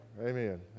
Amen